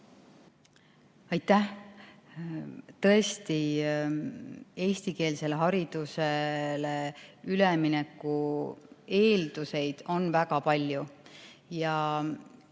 Aitäh! Tõesti, eestikeelsele haridusele ülemineku eeldusi on väga palju, ka